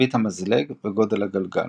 זווית המזלג וגודל הגלגל.